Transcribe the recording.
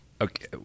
Okay